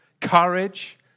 courage